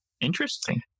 Interesting